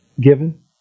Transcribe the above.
given